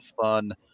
fun